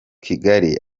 kigali